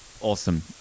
Awesome